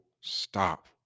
stop